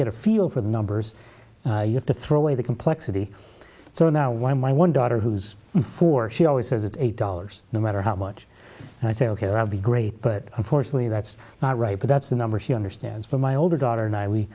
get a feel for the numbers you have to throw away the complexity so now one of my one daughter who's four she always says it's eight dollars no matter how much and i say ok i'll be great but unfortunately that's not right but that's the number she understands for my older daughter and i we